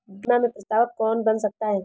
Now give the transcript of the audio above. बीमा में प्रस्तावक कौन बन सकता है?